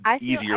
easier